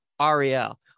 Ariel